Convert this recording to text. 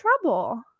trouble